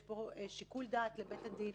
יש פה שיקול דעת לבית הדין